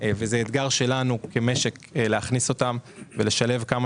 בשוק העבודה ואתגר להכניס ולשלב אותן כמה